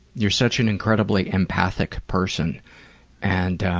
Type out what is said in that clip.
you're such an incredibly empathic person and